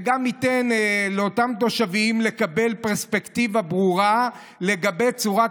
זה גם ייתן לאותם תושבים לקבל פרספקטיבה ברורה לגבי צורת